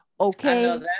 Okay